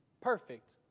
perfect